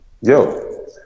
yo